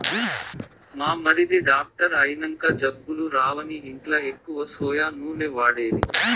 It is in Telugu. మా మరిది డాక్టర్ అయినంక జబ్బులు రావని ఇంట్ల ఎక్కువ సోయా నూనె వాడేది